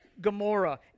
Gomorrah